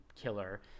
killer